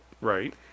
Right